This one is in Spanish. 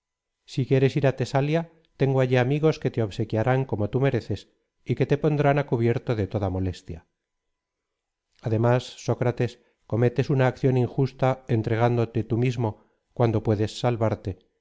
si quieres ir á thesalia tengo allí amigos que te obsequiarán como tú merece y que te pondrán á cubierto de toda molestia además sócrates cometes una acción injusta entregándote tú mismo cuando puedes salvarte